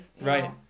Right